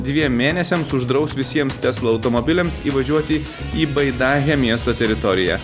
dviem mėnesiams uždraus visiems tesla automobiliams įvažiuoti į baidahe miesto teritoriją